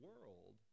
world